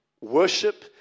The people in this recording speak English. worship